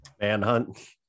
Manhunt